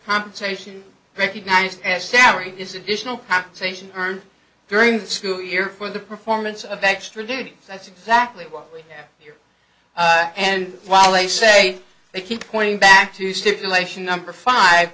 compensation recognised as salary is additional compensation earned during the school year for the performance of extra duty that's exactly what and while they say they keep pointing back to stipulation number five